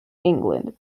england